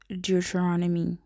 Deuteronomy